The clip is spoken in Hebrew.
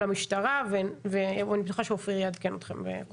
המשטרה ואני בטוחה שאופיר יעדכן אתכם.